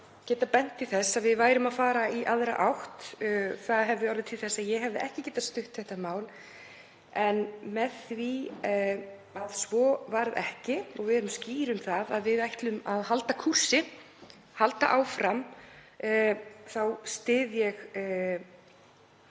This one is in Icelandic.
geta bent til þess að við værum að fara í aðra átt. Það hefði orðið til þess að ég hefði ekki getað stutt þetta mál. En með því að svo varð ekki, og við erum skýr um það að við ætlum að halda kúrsi, halda áfram, styð ég